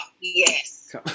yes